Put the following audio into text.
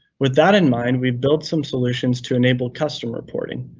with that in mind, we've built some solutions to enable custom reporting.